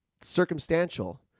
circumstantial